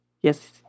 Yes